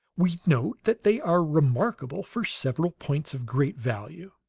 we note that they are remarkable for several points of great value.